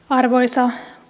arvoisa